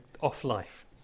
off-life